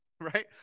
right